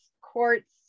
quartz